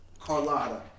Carlotta